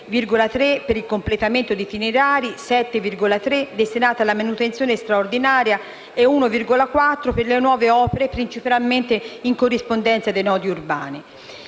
per il completamento di itinerari, 7,3 miliardi destinati alla manutenzione straordinaria e 1,4 miliardi per le nuove opere, principalmente in corrispondenza dei nodi urbani.